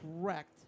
correct –